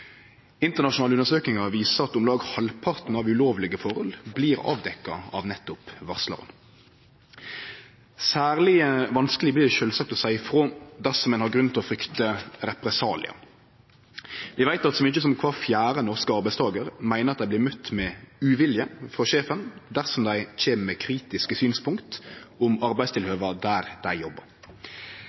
Internasjonale undersøkingar viser at om lag halvparten av ulovlege forhold blir avdekte av nettopp varslarane. Særleg vanskeleg blir det sjølvsagt å seie frå dersom ein har grunn til å frykte represaliar. Vi veit at så mykje som kvar fjerde norske arbeidstakar meiner at dei blir møtte med uvilje frå sjefen dersom dei kjem med kritiske synspunkt om arbeidstilhøva der dei jobbar.